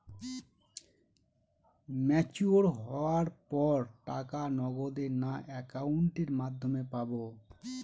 Mature হওয়ার পর টাকা নগদে না অ্যাকাউন্টের মাধ্যমে পাবো?